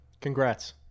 Congrats